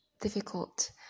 difficult